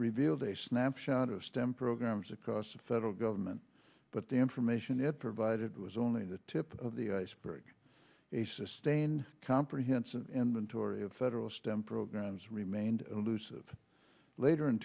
revealed a snapshot of stem programs across the federal government but the information it provided was only the tip of the iceberg a sustained comprehensive inventory of federal stem programs remained elusive later in